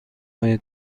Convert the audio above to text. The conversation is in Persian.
های